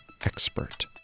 expert